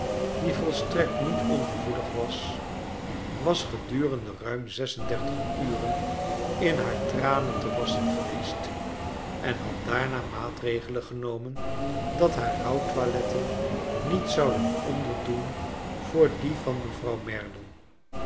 die volstrekt niet ongevoelig was was gedurende ruim zes-en-dertig uren in haar tranen te wasschen geweest en had daarna maatregelen genomen dat haar rouwtoiletten niet zouden onderdoen voor die van mevrouw merdle